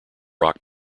rock